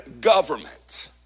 government